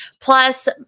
Plus